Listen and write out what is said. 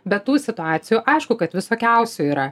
bet tų situacijų aišku kad visokiausių yra